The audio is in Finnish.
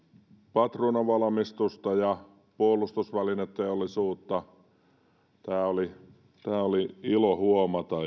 patruunanvalmistusta ja puolustusvälineteollisuutta tämä oli ilo huomata